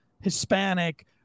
Hispanic